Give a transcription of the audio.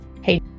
hey